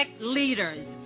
leaders